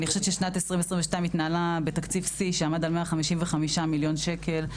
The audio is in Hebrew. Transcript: אני חושבת ששנת 2022 התנהלה בתקציב שיא שעמד על 155 מיליון שקלים,